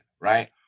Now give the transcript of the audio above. right